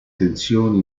tensioni